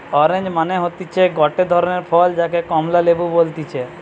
orange মানে হতিছে গটে ধরণের ফল যাকে কমলা লেবু বলতিছে